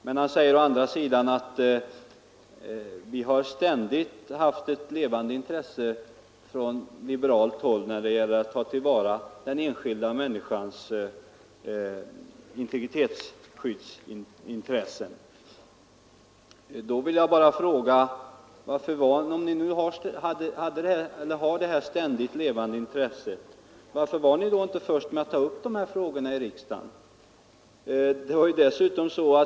Herr Molin säger å andra sidan att det ständigt funnits en strävan från liberalt håll att ta till vara den enskilda människans intresse för integritetsskydd. Då vill jag bara fråga: När ni nu har detta ständigt levande intresse, varför var ni då inte först med att ta upp de här frågorna i riksdagen?